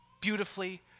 Beautifully